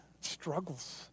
struggles